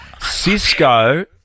Cisco